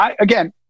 Again